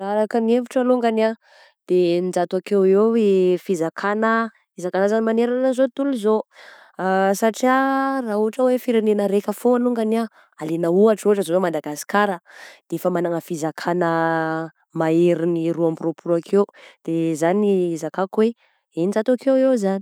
Araka ny hevitro longany ah, de eninjato akeo eo i fizakana, isan-karazany manerana an'izao tontolo izao, satria raha ohatra hoe firenena raika fô alongany alaigna ohatra, ohatra izao i Madagasikara fe efa manana fizakana maherin'ny roa amby roapolo akeo, de zany ny hizakako hoe eninjato akeo eo zagny.